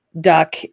duck